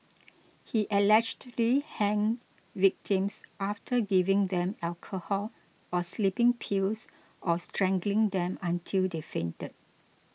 he allegedly hanged victims after giving them alcohol or sleeping pills or strangling them until they fainted